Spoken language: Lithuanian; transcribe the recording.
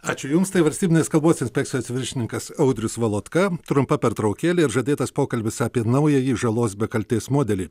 ačiū jums tai valstybinės kalbos inspekcijos viršininkas audrius valotka trumpa pertraukėlė ir žadėtas pokalbis apie naująjį žalos be kaltės modelį